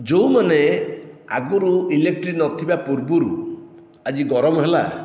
ଯେଉଁ ମାନେ ଆଗରୁ ଇଲେକ୍ଟ୍ରି ନଥିବା ପୂର୍ବରୁ ଆଜି ଗରମ ହେଲା